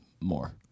more